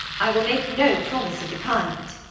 i will make no promise of the kind.